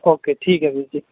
okay ਠੀਕ ਹੈ ਵੀਰ ਜੀ